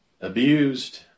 abused